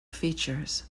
features